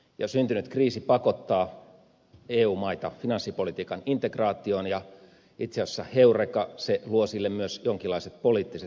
jo syntynyt kriisi pakottaa eu maita finanssipolitiikan integraatioon ja itse asiassa heureka se luo sille myös jonkinlaiset poliittiset edellytykset